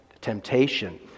temptation